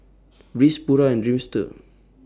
Breeze Pura and Dreamster